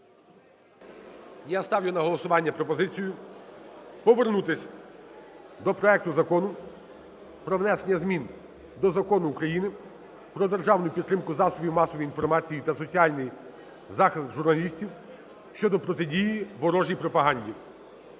Я ставлю на голосування пропозицію повернутись до проекту Закону про внесення змін до Закону України "Про державну підтримку засобів масової інформації та соціальний захист журналістів" (щодо протидії ворожій пропаганді).